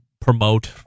promote